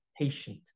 patient